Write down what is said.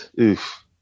oof